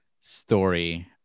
story